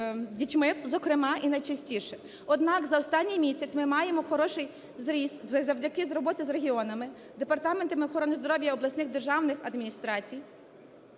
дітьми, зокрема, і найчастіше. Однак за останній місяць ми має хороший зріст завдяки роботи з регіонами, департаментами охорони здоров'я обласних державних адміністрацій,